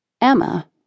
Emma